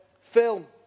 Phil